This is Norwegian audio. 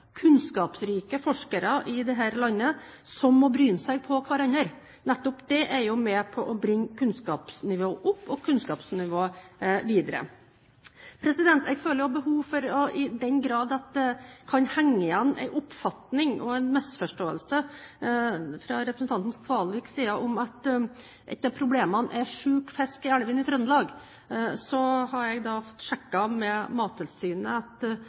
kunnskapsrike forskere i dette landet som må bryne seg på hverandre. Nettopp det er jo med på å bringe kunnskapsnivået opp og videre. Jeg føler også behov for å si, i den grad det kan henge igjen en oppfatning og en misforståelse fra representanten Kvalviks side om at et av problemene er syk fisk i elvene i Trøndelag, at jeg har fått sjekket med Mattilsynet at